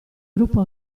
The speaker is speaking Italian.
gruppo